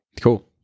Cool